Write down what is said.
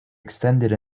extended